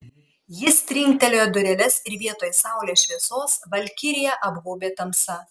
jis trinktelėjo dureles ir vietoj saulės šviesos valkiriją apgaubė tamsa